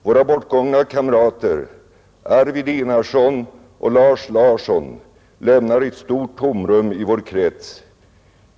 Våra bortgångna kamrater Arvid Enarsson och Lars Larsson lämnar ett stort tomrum i vår krets.